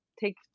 take